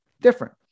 Different